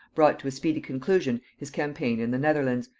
brought to a speedy conclusion his campaign in the netherlands,